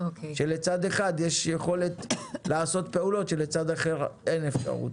כאשר לצד אחד יש יכולת לעשות פעולות שלצד אחר אין יכולת כזו.